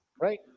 right